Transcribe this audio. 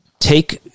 Take